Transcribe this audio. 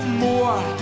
more